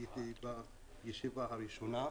הייתי בישיבה הראשונה.